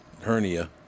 hernia